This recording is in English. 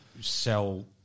sell